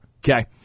Okay